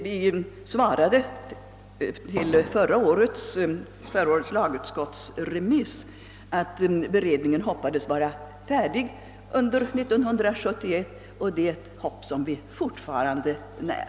Vi skrev i föregående års remissyttrande till vederbörande lagutskott att vi inom beredningen hoppades vara färdiga under 1971, och det är ett hopp som vi fortfarande när.